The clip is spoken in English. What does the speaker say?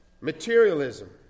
Materialism